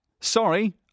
sorry